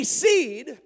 seed